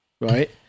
right